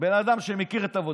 בן אדם שמכיר את עבודתו,